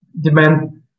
demand